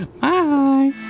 Bye